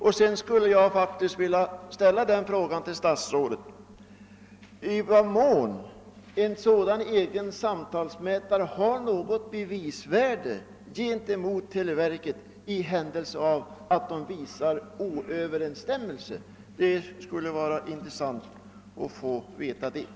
Till sist skulle jag faktiskt vilja ställa denna fråga till staåtsrådet: I vad mån har en sådan egen samtalsmätare något bevisvärde gentemot televerket i händelse de båda mätarna inte överensstämmer med varandra? Det skulle vara intressant att få veta detta.